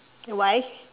why